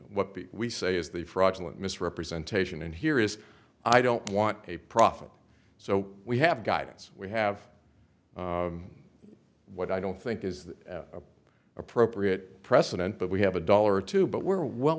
what we say is the fraudulent misrepresentation and here is i don't want a profit so we have guidance we have what i don't think is the appropriate precedent but we have a dollar or two but we're well